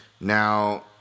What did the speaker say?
Now